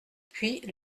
puis